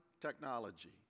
technology